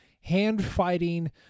hand-fighting